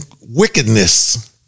wickedness